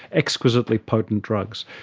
exquisitely potent drugs.